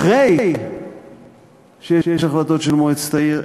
אחרי שיש החלטות של מועצת העיר,